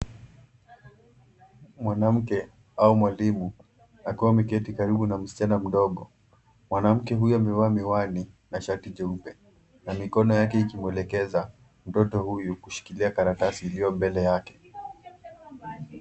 Mwanamke au mwalimu akiwa ameketi karibu na msichana mdogo. Mwanamke huyu amevaa miwani na shati jeupe, na mikono yake ikimwelekeza mtoto huyu kushikilia karatasi iliyo mbele yake.